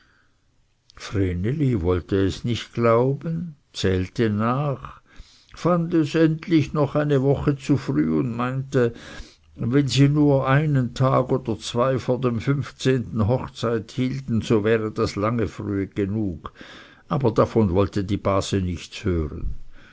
wollte es nicht glauben zählte nach fand es endlich noch eine woche zu früh und meinte wenn sie nur einen tag oder zwei vor dem fünfzehnten hochzeit hielten so wäre es lange früh genug aber davon wollte die base nichts hören